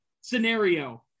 scenario